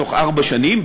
בתוך ארבע שנים.